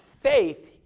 faith